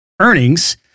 earnings